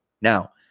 Now